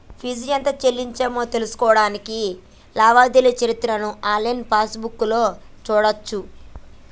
fee ఎంత చెల్లించామో తెలుసుకోడానికి లావాదేవీల చరిత్రను ఆన్లైన్ పాస్బుక్లో చూడచ్చు